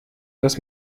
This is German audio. dass